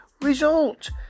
result